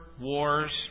wars